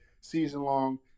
season-long